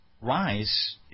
rise